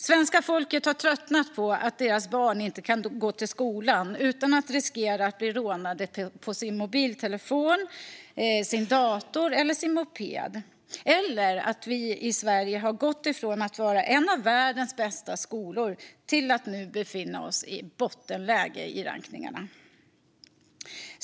Svenska folket har tröttnat på att deras barn inte kan gå till skolan utan att riskera att bli rånade på sin mobiltelefon, dator eller moped, och att vi i Sverige gått från att ha en av världens bästa skolor till att nu befinna oss i bottenläge i rankningarna.